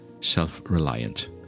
self-reliant